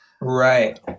right